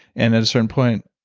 and at a certain point,